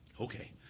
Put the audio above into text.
Okay